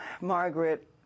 Margaret